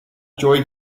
joy